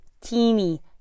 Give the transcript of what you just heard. teeny